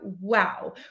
wow